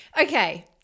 Okay